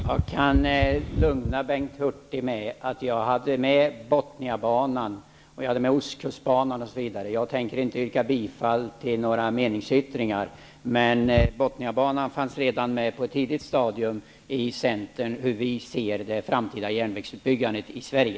Herr talman! Jag kan lugna Bengt Hurtig genom att säga att jag hade med Bothniabanan, Ostkustbanan osv. Jag tänker inte yrka bifall till någon meningsyttring. Däremot kan jag säga att Bothniabanan fanns med redan på ett tidigt stadium när det gäller Centerns syn på det framtida järnvägsbyggandet i Sverige.